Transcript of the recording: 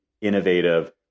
innovative